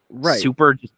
super